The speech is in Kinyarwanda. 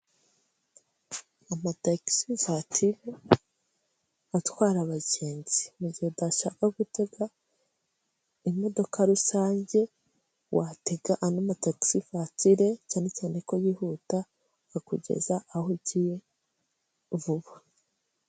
Amatagisi vatire atwara abagenzi, mu gihe udashaka gutega imodoka rusange watega ano matagisi vatire, cyane cyane ko yihuta akugeza aho ugiye vuba.